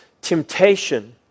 temptation